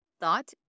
Thought